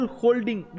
holding